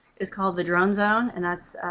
it's called the drone zone. and it's